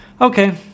Okay